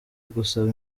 gusaba